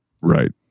Right